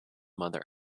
mother